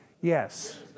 Yes